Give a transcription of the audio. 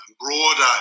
broader